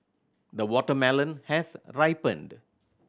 the watermelon has ripened